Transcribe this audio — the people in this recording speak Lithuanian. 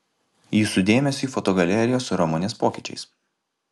jūsų dėmesiui foto galerija su ramunės pokyčiais